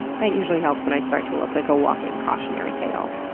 that usually helps when i start to look like a walking cautionary tale.